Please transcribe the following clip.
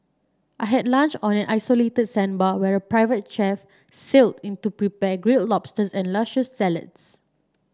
I had lunch on an isolated sandbar where a private chef sailed in to prepare grilled lobsters and luscious salads